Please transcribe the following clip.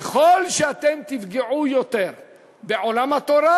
ככל שאתם תפגעו יותר בעולם התורה,